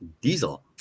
Diesel